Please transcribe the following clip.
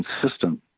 consistent